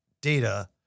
data